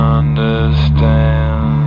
understand